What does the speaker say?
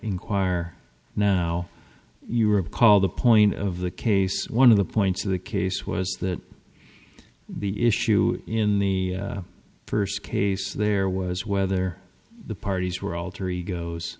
inquire now you recall the point of the case one of the points of the case was that the issue in the first case there was whether the parties were alter egos